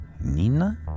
Nina